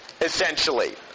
essentially